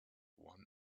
won